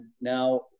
now